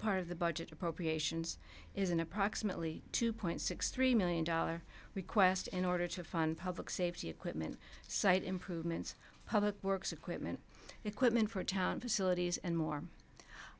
part of the budget appropriations is an approximately two point six three million dollar request in order to fund public safety equipment site improvements public works equipment equipment for town facilities and more